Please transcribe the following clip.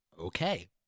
okay